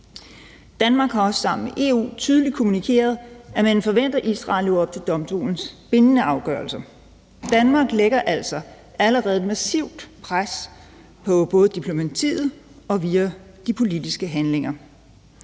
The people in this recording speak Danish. Danmark har også sammen med EU tydeligt kommunikeret, at man forventer, at Israel lever op til domstolens bindende afgørelse. Danmark lægger altså allerede massivt pres både via diplomatiet og via de politiske handlinger.